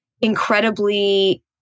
incredibly